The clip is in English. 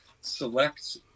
select